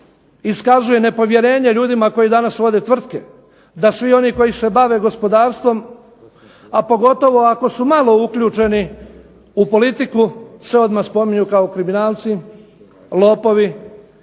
ukazuje nepovjerenje ljudima koji danas vode tvrtke, da svi oni koji se bave gospodarstvom, pogotovo ako su malo uključeni u politiku se odmah spominju kao kriminalci, lopovi